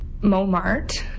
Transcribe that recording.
Momart